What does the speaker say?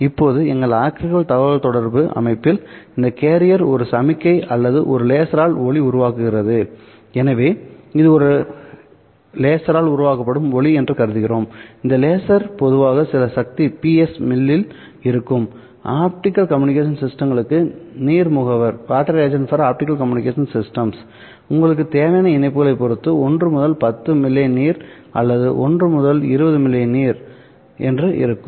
இப்போதுஎங்கள் optical தகவல்தொடர்பு அமைப்பில் இந்த கேரியர் ஒரு சமிக்ஞை அல்லது ஒரு லேசரால் ஒளி உருவாக்கப்படுகிறதுஎனவே இது ஒரு லேசரால் உருவாக்கப்படும் ஒளி என்று நாம் கருதுவோம்இந்த லேசர் பொதுவாக சில சக்தி ps மில்லில் இருக்கும்ஆப்டிகல் கம்யூனிகேஷன் சிஸ்டங்களுக்கான நீர் முகவர்உங்களுக்கு தேவையான இணைப்புகளைப் பொறுத்து ஒன்று முதல் 10 மில்லே நீர் அல்லது 1 முதல் 20 மில்லே நீர் என்று இருக்கும்